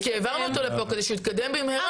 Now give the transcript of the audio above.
כי העברנו אותו לפה כדי שהוא יתקדם במהרה,